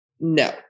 No